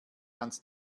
ganz